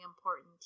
important